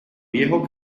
viejo